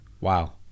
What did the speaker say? Wow